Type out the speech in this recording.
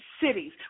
cities